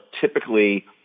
typically